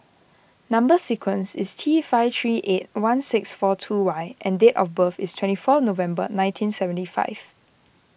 Number Sequence is T five three eight one six four two Y and date of birth is twenty four November nineteen seventy five